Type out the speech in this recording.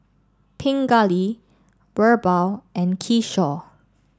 Pingali Birbal and Kishore